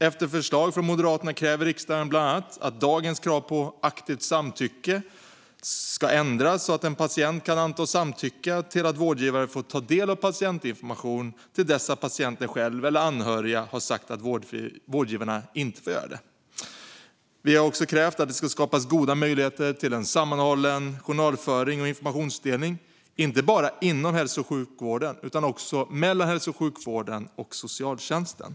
Efter förslag från Moderaterna kräver riksdagen bland annat att dagens krav på aktivt samtycke bör ändras så att en patient kan antas samtycka till att vårdgivare får ta del av patientinformation till dess att patienten själv eller anhöriga har sagt att vårdgivarna inte får göra det. Vi har också krävt att det ska skapas goda möjligheter till en sammanhållen journalföring och informationsdelning inte bara inom hälso och sjukvården utan också mellan hälso och sjukvården och socialtjänsten.